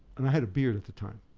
and i had a beard at the time,